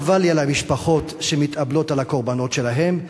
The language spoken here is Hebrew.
חבל לי על המשפחות שמתאבלות על הקורבנות שלהן.